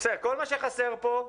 כל מה שחסר פה,